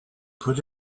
put